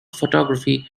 photography